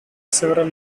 several